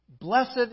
Blessed